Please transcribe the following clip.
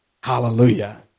Hallelujah